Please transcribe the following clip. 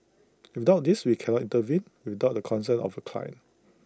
without this we cannot intervene without the consent of the client